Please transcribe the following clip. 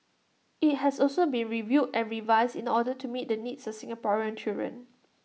IT has also been reviewed and revised in order to meet the needs of Singaporean children